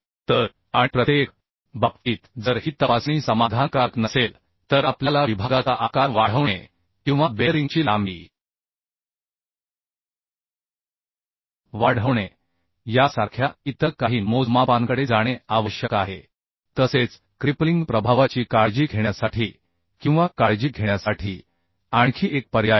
तर आणि प्रत्येकबाबतीत जर ही तपासणी समाधानकारक नसेल तर आपल्याला विभागाचा आकार वाढवणे किंवा बेअरिंगची लांबी वाढवणे यासारख्या इतर काही मोजमापांकडे जाणे आवश्यक आहे तसेच क्रिपलिंग प्रभावाची काळजी घेण्यासाठी किंवा काळजी घेण्यासाठी आणखी एक पर्याय आहे